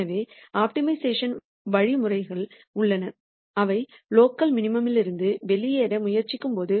எனவே ஆப்டிமைசேஷன் வழிமுறைகள் உள்ளன அவை லோக்கல் மினிமம்லிருந்து வெளியேற முயற்சிக்கும்போது